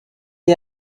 est